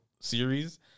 series